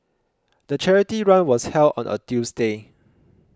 the charity run was held on a Tuesday